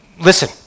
Listen